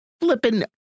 flippin